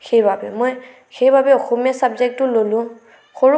সেইবাবে মই সেইবাবে অসমীয়া চাবজেক্টটো ল'লোঁ সৰুৰপৰা